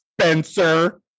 Spencer